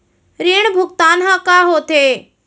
ऋण भुगतान ह का होथे?